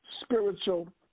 spiritual